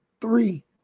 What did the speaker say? Three